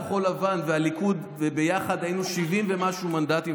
כחול לבן והליכוד יחד היו 70 ומשהו מנדטים,